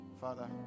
father